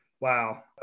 Wow